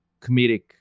comedic